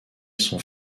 sont